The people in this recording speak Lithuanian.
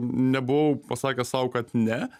nebuvau pasakęs sau kad ne